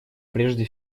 прежде